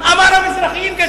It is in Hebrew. נראה אותך יורד.